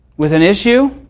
with an issue,